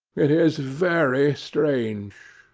it is very strange